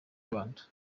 rwanda